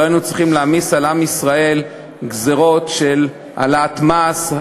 לא היינו צריכים להעמיס על עם ישראל גזירות של העלאת מס,